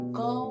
go